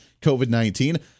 COVID-19